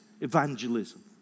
evangelism